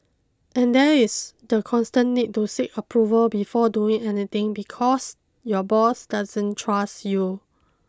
and there is the constant need to seek approval before doing anything because your boss doesn't trust you